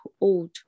old